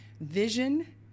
vision